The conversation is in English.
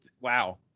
wow